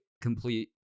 complete